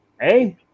hey